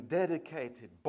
dedicated